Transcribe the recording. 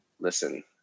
listen